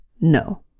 No